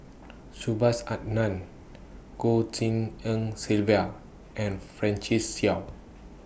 Subhas Anandan Goh Tshin En Sylvia and Francis Seow